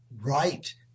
right